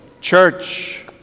Church